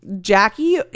jackie